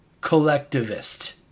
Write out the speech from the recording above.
collectivist